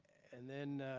and then